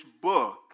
book